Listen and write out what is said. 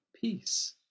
peace